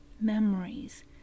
memories